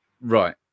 Right